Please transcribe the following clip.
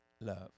love